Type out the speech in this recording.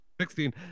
sixteen